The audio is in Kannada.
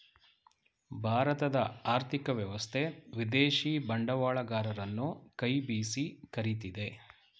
ಭಾರತದ ಆರ್ಥಿಕ ವ್ಯವಸ್ಥೆ ವಿದೇಶಿ ಬಂಡವಾಳಗರರನ್ನು ಕೈ ಬೀಸಿ ಕರಿತಿದೆ